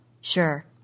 Sure